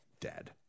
dead